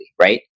right